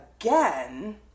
again